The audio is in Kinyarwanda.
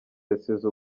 yasize